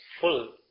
full